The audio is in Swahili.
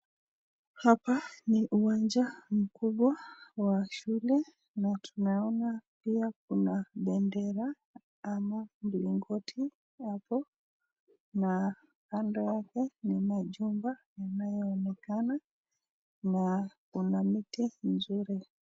Hapa ni uwanja kubwa wa shule na tumeona pia kuna bendera ama mlingoti hapo na kando yake ni majumba inayoonekana na kuna miti mzuri.